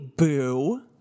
Boo